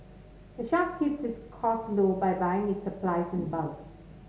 the shop keeps its costs low by buying its supplies in bulk